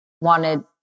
wanted